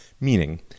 meaning